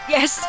Yes